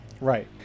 Right